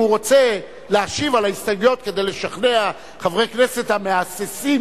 אם הוא רוצה להשיב על ההסתייגויות כדי לשכנע חברי כנסת מהססים,